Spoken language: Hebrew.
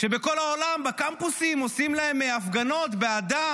שבכל העולם בקמפוסים עושים להם הפגנות בעדם,